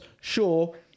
sure